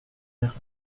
gèrent